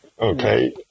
Okay